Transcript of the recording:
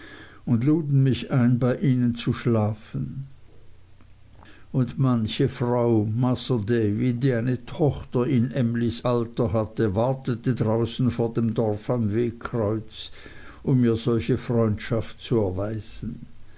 und luden mich ein bei ihnen zu schlafen und manche frau masr davy die eine tochter in emlys alter hatte wartete draußen vor dem dorf am wegkreuz um mir solche freundschaft zu erweisen